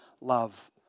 love